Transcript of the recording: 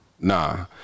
Nah